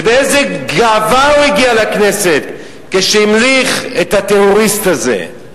ובאיזו גאווה הוא הגיע לכנסת כשהמליך את הטרוריסט הזה.